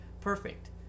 perfect